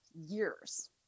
years